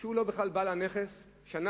שהוא לא בעל הנכס בכלל,